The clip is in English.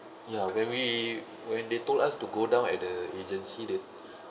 ya when we when they told us to go down at the agency the